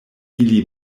ili